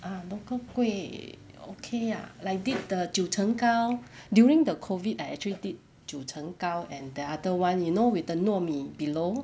ah local kueh okay ah I did the 九层糕 during the COVID I actually did 九层糕 and the other [one] you know with the 糯米 below